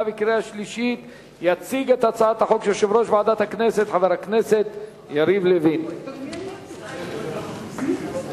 בעד, 14, אין מתנגדים, אין נמנעים.